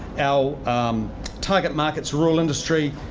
our target markets are all industry.